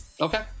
Okay